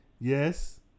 Yes